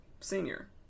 Senior